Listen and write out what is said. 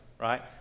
right